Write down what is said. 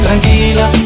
Tranquila